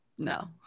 No